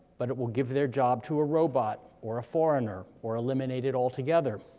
but it will give their job to a robot, or a foreigner, or eliminate it altogether.